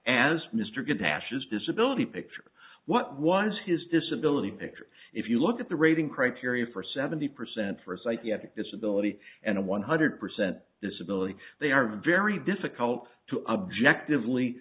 as mr get past his disability picture what was his disability picture if you look at the rating criteria for seventy percent for psychiatric disability and one hundred percent disability they are very difficult to objectively